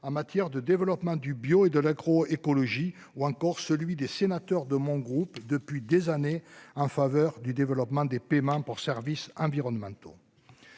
en matière de développement du bio et de l'agro-écologie ou encore celui des sénateurs de mon groupe depuis des années en faveur du développement des paiements pour services environnementaux.